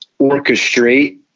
orchestrate